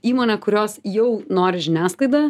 įmonę kurios jau nori žiniasklaida